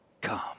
come